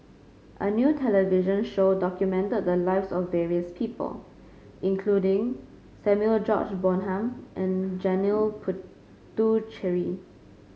a new television show documented the lives of various people including Samuel George Bonham and Janil Puthucheary